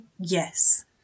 Yes